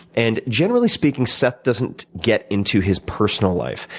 and generally speaking seth doesn't get into his personal life,